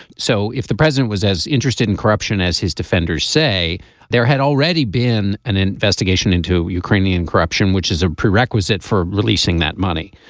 so if the president was as interested in corruption as his defenders say there had already been an investigation into ukrainian corruption which is a prerequisite for releasing that money.